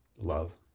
Love